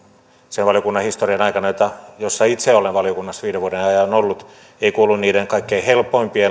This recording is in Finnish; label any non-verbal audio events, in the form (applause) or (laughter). sen valiokunnan historian aikana kun itse olen valiokunnassa viiden vuoden ajan ollut kuulu niihin kaikkein helpoimpiin (unintelligible)